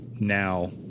Now